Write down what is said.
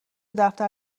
دفتر